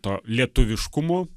to lietuviškumo